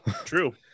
true